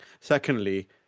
secondly